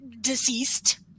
Deceased